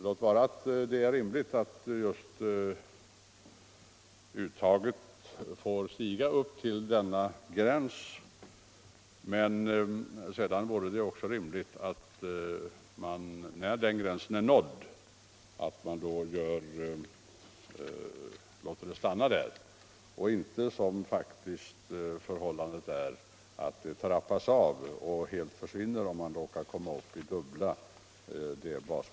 Låt vara att det är rimligt att uttaget får stiga upp till denna gräns, men då vore det också rimligt att man, när den gränsen är nådd, låter det stanna där och inte — som förhållandet faktiskt är — låter det trappas av tills det helt försvinner, om man kommer upp i dubbla basbeloppstalet.